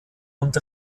und